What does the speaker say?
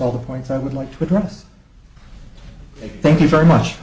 all the points i would like to address thank you very much